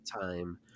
time